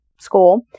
School